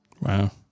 Wow